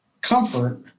comfort